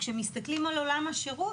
כשמסתכלים על עולם השירות,